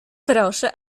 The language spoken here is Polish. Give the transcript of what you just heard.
proszę